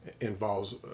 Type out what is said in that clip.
involves